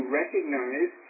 recognize